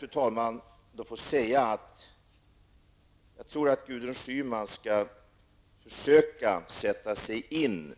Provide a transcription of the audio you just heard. Låt mig sedan säga att jag tror att Gudrun Schyman bör försöka sätta sig in